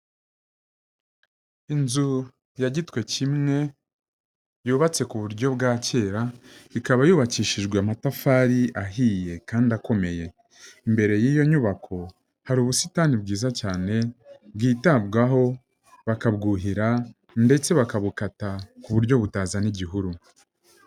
Inzu ya gitwe kimwe yubatse ku buryo bwa kera, ikaba yubakishijwe amatafari ahiye kandi akomeye. Imbere y'iyo nyubako hari ubusitani bwiza cyane bwitabwaho bakabwuhira ndetse bakabukata ku buryo butazana igihuru.